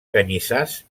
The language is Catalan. canyissars